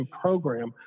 program